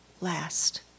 last